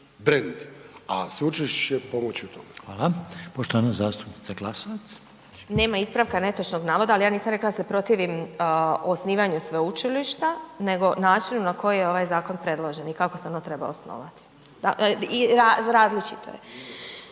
zastupnica Glasovac. **Glasovac, Sabina (SDP)** Nema ispravka netočnog navoda, al ja nisam rekla da se protivim osnivanju sveučilišta nego načinu na koji je ovaj zakon predložen i kako se ono treba osnovati, da i različito je